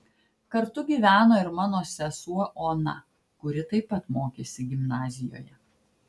kartu gyveno ir mano sesuo ona kuri taip pat mokėsi gimnazijoje